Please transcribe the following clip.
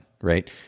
right